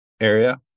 area